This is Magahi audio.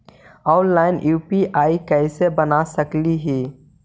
ऑनलाइन यु.पी.आई कैसे बना सकली ही?